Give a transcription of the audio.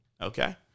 Okay